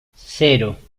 cero